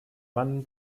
mann